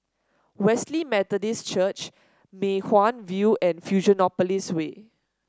Wesley Methodist Church Mei Hwan View and Fusionopolis Way